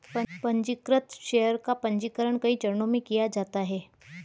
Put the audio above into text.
पन्जीकृत शेयर का पन्जीकरण कई चरणों में किया जाता है